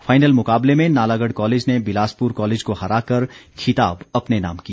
final मुकाबले में Nalagarh college ने बिलासपुर कॉलेज को हराकर खिताब अपने नाम किया